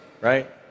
right